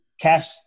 Cash